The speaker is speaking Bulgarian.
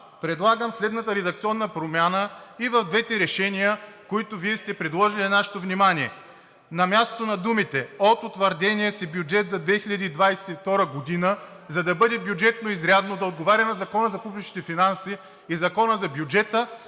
предлагам следната редакционна промяна и в двете решения, които Вие сте предложили на нашето внимание. На мястото на думите „от утвърдения си бюджет за 2022 г.“, за да бъде бюджетно изрядно, да отговаря на Закона за публичните финанси и Закона за бюджета,